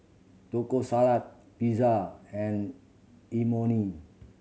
Taco Salad Pizza and Imoni